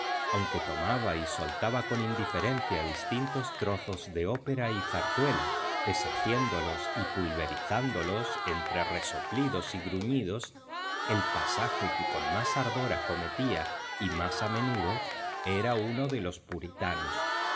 aunque tomaba y soltaba con indiferencia distintos trozos de ópera y zarzuela deshaciéndolos y pulverizándolos entre resoplidos y gruñidos el pasaje que con más ardor acometía y más a menudo era uno de los puritanos